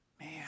man